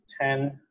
ten